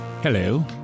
hello